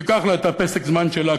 תיקח לה את פסק הזמן שלה,